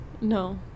no